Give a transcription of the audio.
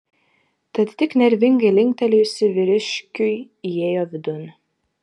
tad tik nervingai linktelėjusi vyriškiui įėjo vidun